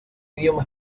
idioma